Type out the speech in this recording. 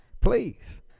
Please